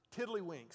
tiddlywinks